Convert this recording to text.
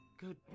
Good